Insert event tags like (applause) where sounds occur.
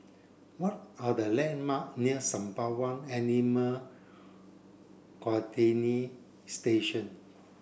what are the landmark near Sembawang Animal (unintelligible) Station